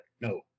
no